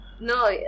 No